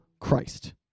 Christ